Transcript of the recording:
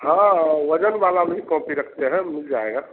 हाँ वज़न वाला भी कॉपी रखते हैं मिल जाएगा